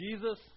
Jesus